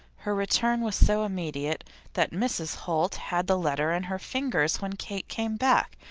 her return was so immediate that mrs. holt had the letter in her fingers when kate came back,